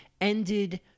ended